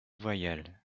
voyelles